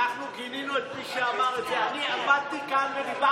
כדי להשתלט עליה ולהיות